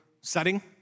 setting